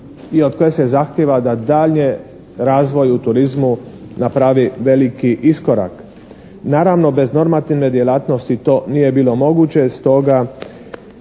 i od koje se zahtjeva da dalje razvoj u turizmu napravi veliki iskorak. Naravno bez normativne djelatnosti to nije bilo moguće. Stoga